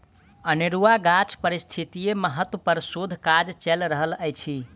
अनेरुआ गाछक पारिस्थितिकीय महत्व पर शोध काज चैल रहल अछि